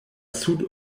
sud